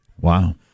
Wow